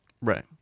Right